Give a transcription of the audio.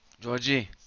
Georgie